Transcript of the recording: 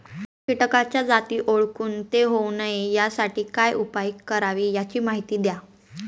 किटकाच्या जाती ओळखून ते होऊ नये यासाठी काय उपाय करावे याची माहिती द्या